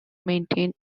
maintain